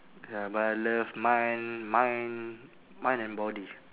ya but I love mind mind mind and body